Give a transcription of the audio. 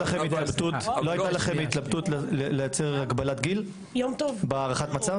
לא הייתה לכם התלבטות לייצר הגבלת גיל בהערכת המצב?